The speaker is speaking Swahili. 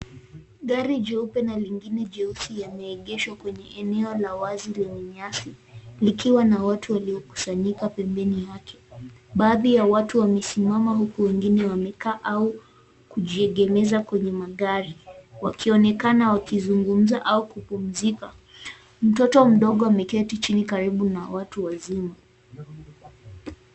Gari jeupe na lingine jeusi yameegeshwa kwenye eneo la wazi lenye nyasi likiwa na watu waliokusanyika pembeni yake. Baadhi ya watu wamesimama huku wengine wamekaa au kujiegemeza kwenye magari wakionekana wakizungumza au kupumzika. Mtoto mdogo ameketi chini karibu na watu wazima.